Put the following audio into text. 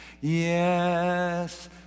Yes